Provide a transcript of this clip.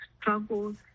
struggles